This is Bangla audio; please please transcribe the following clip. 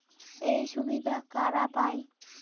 এই সুবিধা কারা পায়?